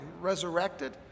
resurrected